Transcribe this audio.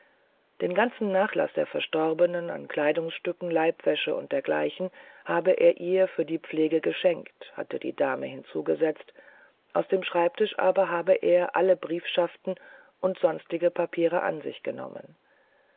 den ganzen nachlaß der verstorbenen an kleidungsstücken leibwäsche und dergleichen habe er ihr für die pflege geschenkt hatte die dame hinzugesetzt aus dem schreibtisch aber habe er alle briefschaften und sonstigen papiere an sich genommen